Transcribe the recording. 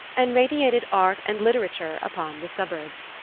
and radiated art and literature upon the suburbs.